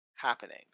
happening